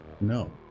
no